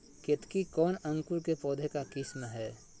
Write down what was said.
केतकी कौन अंकुर के पौधे का किस्म है?